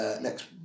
next